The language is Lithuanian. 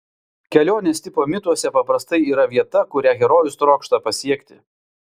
kelionės tipo mituose paprastai yra vieta kurią herojus trokšta pasiekti